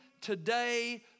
today